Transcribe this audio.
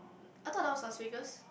I thought that one Las Vegas